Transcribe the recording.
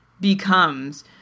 becomes